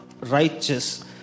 righteous